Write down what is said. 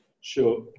sure